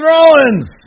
Rollins